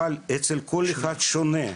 אצל כל אחד זה שונה,